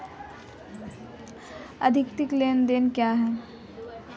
आर्थिक लेनदेन क्या है?